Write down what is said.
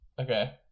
Okay